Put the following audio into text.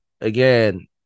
Again